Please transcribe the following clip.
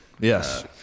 Yes